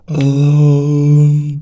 alone